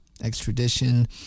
extradition